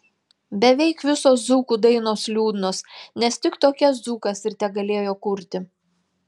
beveik visos dzūkų dainos liūdnos nes tik tokias dzūkas ir tegalėjo kurti